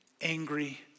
angry